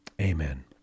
Amen